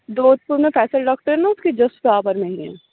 دودھ پور میں فیصل ڈاکٹر ہے نا اس کے جسٹ برابر میں ہی ہے